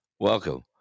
Welcome